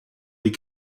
des